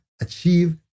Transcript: achieve